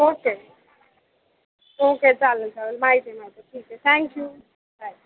okay okay चालेल चालेल माहिती आहे माहिती आहे ठीक आहे थँक्यू बाय